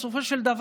בסופו של דבר,